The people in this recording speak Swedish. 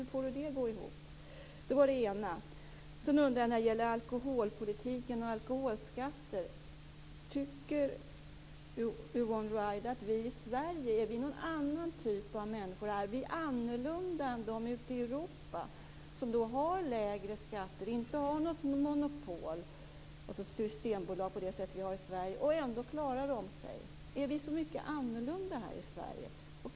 Hur får hon det att gå ihop? Det var det ena. När det gäller alkoholpolitiken och alkoholskatter undrar jag om Yvonne Ruwaida tycker att vi i Sverige är en annan typ av människor. Är vi annorlunda än de ute i Europa som har lägre skatter och inte har något monopol - systembolag - på det sätt som vi har i Sverige? Ändå klarar de sig. Är vi så mycket annorlunda här i Sverige?